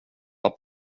vad